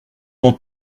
m’en